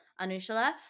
Anushala